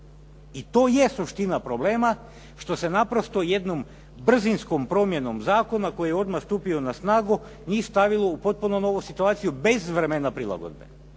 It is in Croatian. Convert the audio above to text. I to je suština problema, što se naprosto jednom brzinskom promjenom zakona koji je odmah stupio na snagu njih stavilo u potpuno novu situaciju bez vremena prilagodbe.